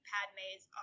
Padme's